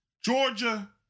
Georgia